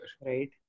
Right